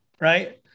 right